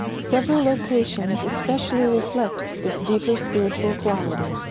several locations especially reflect this deeper spiritual quality.